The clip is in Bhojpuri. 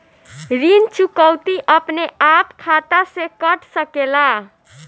ऋण चुकौती अपने आप खाता से कट सकेला?